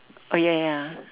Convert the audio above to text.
oh ya ya